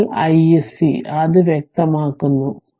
അതിനാൽ iSCഅത് വ്യക്തമാക്കുന്നു